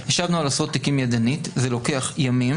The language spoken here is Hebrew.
ישבנו על עשרות תיקים ידנית זה לוקח ימים